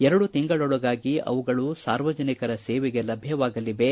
ಎರಡು ತಿಂಗಳೊಳಗಾಗಿ ಅವುಗಳು ಸಾರ್ವಜನಿಕರ ಸೇವೆಗೆ ಲಭ್ಯವಾಗಲಿವೆ